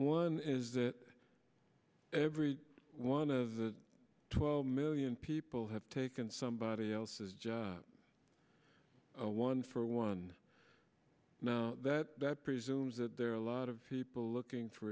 one is that every one of the twelve million people have taken somebody else's job one for one now that presumes that there are a lot of people looking f